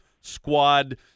squad